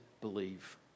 believe